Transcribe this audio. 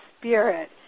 spirit